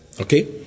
Okay